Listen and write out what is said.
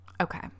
Okay